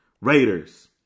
Raiders